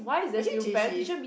actually J_C